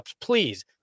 please